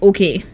Okay